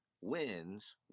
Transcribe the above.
wins